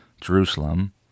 Jerusalem